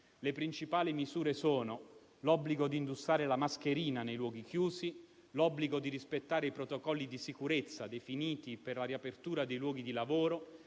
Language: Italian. Le principali misure sono: l'obbligo di indossare la mascherina nei luoghi chiusi; l'obbligo di rispettare i protocolli di sicurezza definiti per la riapertura dei luoghi di lavoro;